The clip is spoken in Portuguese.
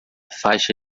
faixa